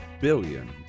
billion